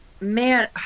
Man